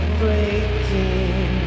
breaking